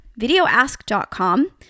VideoAsk.com